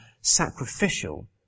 sacrificial